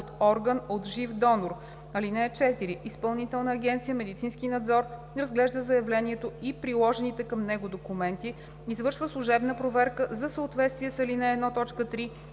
от орган от жив донор. (4) Изпълнителна агенция „Медицински надзор“ разглежда заявлението и приложените към него документи, извършва служебна проверка за съответствие с ал. 1,